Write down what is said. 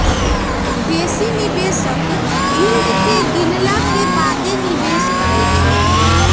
बेशी निवेशक यील्ड के गिनला के बादे निवेश करइ छै